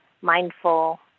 mindful